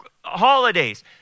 holidays